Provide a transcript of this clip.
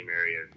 area